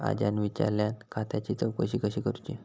आज्यान विचारल्यान खात्याची चौकशी कशी करुची?